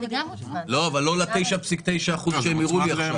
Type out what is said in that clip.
אבל לא ל-9.9% שהם הראו לי עכשיו.